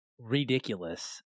ridiculous